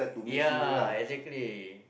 ya exactly